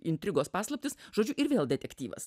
intrigos paslaptis žodžiu ir vėl detektyvas